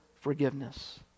forgiveness